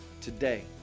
Today